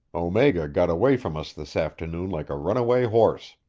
omega got away from us this afternoon like a runaway horse.